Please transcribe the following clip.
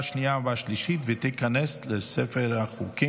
11 בעד, אין מתנגדים ואין נמנעים,